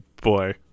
boy